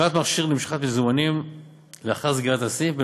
השארת מכשיר למשיכת מזומנים לאחר סגירת הסניף.